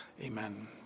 amen